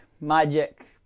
magic